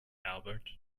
albert